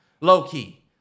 low-key